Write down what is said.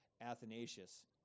Athanasius